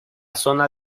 zona